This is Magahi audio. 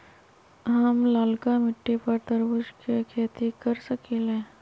हम लालका मिट्टी पर तरबूज के खेती कर सकीले?